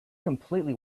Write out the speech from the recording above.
completely